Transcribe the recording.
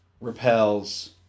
repels